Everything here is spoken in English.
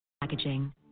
Packaging